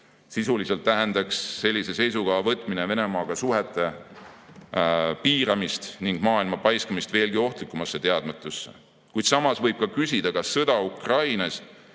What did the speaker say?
Sisuliselt tähendaks sellise seisukoha võtmine Venemaaga suhete piiramist ning maailma paiskamist veelgi ohtlikumasse teadmatusse. Kuid samas võib küsida, kas sõda Ukrainas